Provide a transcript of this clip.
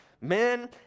men